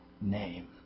name